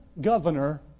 governor